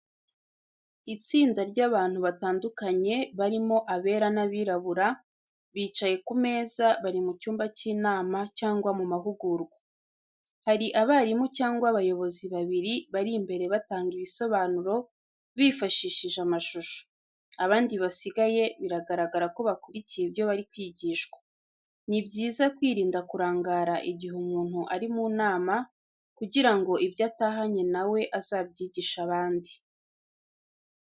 Itsinda ry’abantu batandukanye barimo abera n’abirabura, bicaye ku meza bari mu cyumba cy’inama cyangwa mu mahugurwa. Hari abarimu cyangwa abayobozi babiri bari imbere batanga ibisobanuro bifashishije amashusho, abandi basigaye biragaragara ko bakurikiye ibyo bari kwigishwa. Ni byiza kwirinda kurangara igihe umuntu ari mu nama kugirango ibyo atahanye nawe azabyigishe abandi.